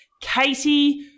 Katie